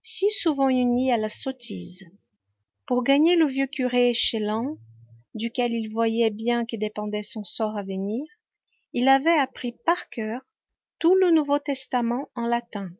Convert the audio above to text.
si souvent unies à la sottise pour gagner le vieux curé chélan duquel il voyait bien que dépendait son sort à venir il avait appris par coeur tout le nouveau testament en latin